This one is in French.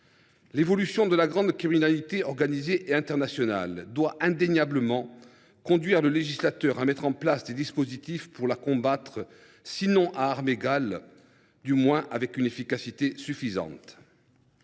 L’évolution de la grande criminalité organisée et internationale doit indéniablement conduire le législateur à mettre en place des dispositifs pour la combattre, sinon à armes égales, du moins avec une efficacité suffisante.